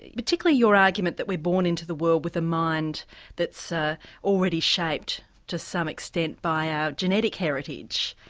particularly your argument that we're born into the world with a mind that's ah already shaped to some extent by our genetic heritage,